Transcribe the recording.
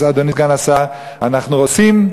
אדוני סגן השר: אנחנו רוצים.